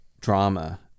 drama